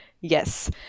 Yes